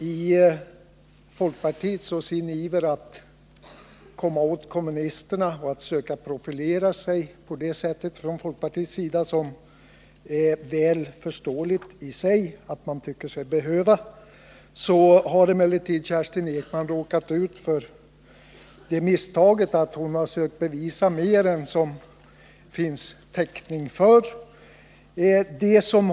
I sin iver att komma åt kommunisterna och att söka profilera sig, på ett sätt som det i sig är väl förståeligt att man inom folkpartiet tycker sig behöva, har emellertid Kerstin Ekman råkat ut för det misstaget att hon försökt bevisa mer än vad det finns täckning för.